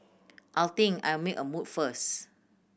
I think I'll make a move first